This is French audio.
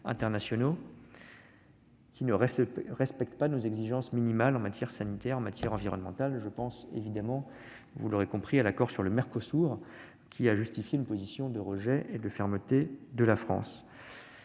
internationaux qui ne respectent pas nos exigences minimales en matière sanitaire et environnementale. Je pense évidemment, vous l'aurez compris, à l'accord sur le Mercosur, qui a justifié une position de rejet et de fermeté de la France.